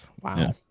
Wow